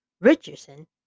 Richardson